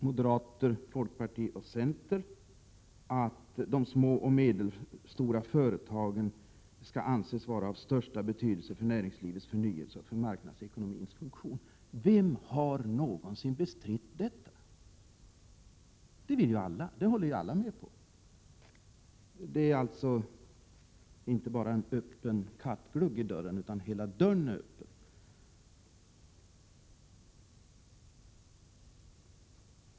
Moderaterna, folkpartiet och centern vill att de små och medelstora företagen skall anses vara av största betydelse för näringslivets förnyelse och för marknadsekonomins funktion. Vem har någonsin bestritt detta? Det håller alla med om! Det är alltså inte bara kattgluggen utan hela dörren som är öppen.